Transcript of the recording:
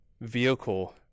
vehicle